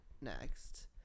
next